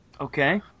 okay